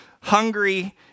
Hungry